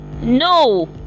No